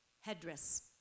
Headdress